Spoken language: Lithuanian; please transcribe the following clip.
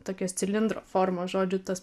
tokias cilindro formo žodžiu tas